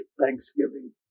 Thanksgiving